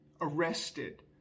arrested